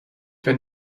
wenn